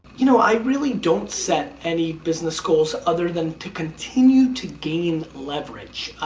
you know, i really don't set any business goals other than to continue to gain leverage.